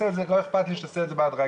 ולא אכפת לי שהיא תעשה את זה בהדרגה,